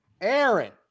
Aaron